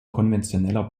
konventioneller